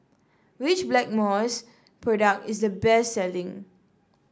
which Blackmores product is the best selling